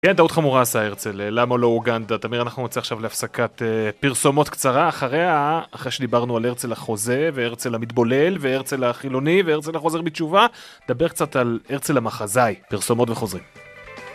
כן, טעות חמורה עשה הרצל, למה לא אוגנדה? תמיר, אנחנו נמצא עכשיו להפסקת פרסומות קצרה אחריה, אחרי שדיברנו על הרצל החוזה והרצל המתבולל והרצל החילוני והרצל החוזר בתשובה, דבר קצת על הרצל המחזאי. פרסומות וחוזרים.